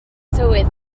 tywydd